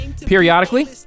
periodically